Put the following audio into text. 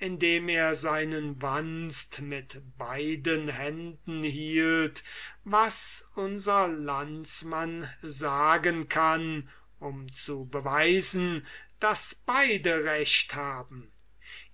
indem er seinen wanst mit beiden händen hielt was unser landsmann sagen kann um zu beweisen daß beide recht haben